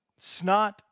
snot